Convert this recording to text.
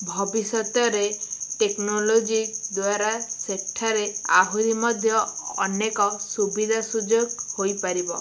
ଭବିଷ୍ୟତରେ ଟେକ୍ନୋଲୋଜି ଦ୍ୱାରା ସେଠାରେ ଆହୁରି ମଧ୍ୟ ଅନେକ ସୁବିଧା ସୁଯୋଗ ହୋଇପାରିବ